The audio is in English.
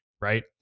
right